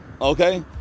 okay